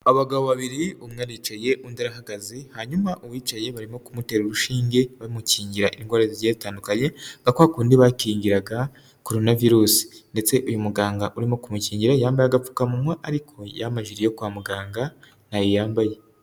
Abagabo babiri, umwe aricaye undi arahagaze, hanyuma uwicaye barimo kumutera urushinge bamukingira indwara zigiye zitandukanye, nka kwakundi bakingiraga korona virusi, ndetse uyu muganga urimo kumukingira yambaye agapfukamuwa ariko yamajire yo kwa muganga ntayo yambaye.